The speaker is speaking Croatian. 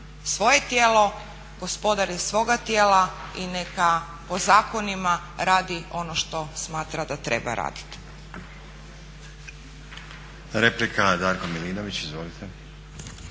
svoje tijelo gospodar je svoga tijela i neka po zakonima radio ono što smatra da treba raditi.